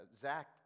Zach